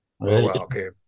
Okay